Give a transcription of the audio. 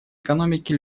экономики